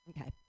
Okay